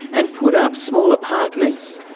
and put up small apartments.